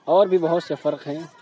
اور بھی بہت سے فرق ہیں